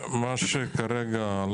ברוסיה כשעשרות